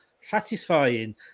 satisfying